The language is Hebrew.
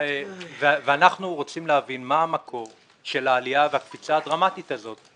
ואנחנו רוצים להבין מה המקור של העלייה והקפיצה הדרמטית הזאת.